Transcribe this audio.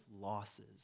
losses